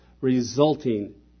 resulting